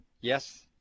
Yes